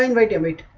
and regulate